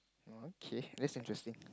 oh okay that's interesting